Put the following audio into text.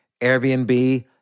Airbnb